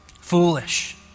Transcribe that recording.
foolish